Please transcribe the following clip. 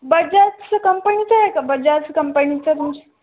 बजाज चं कंपनीचां आहे का बजाज कंपनीचां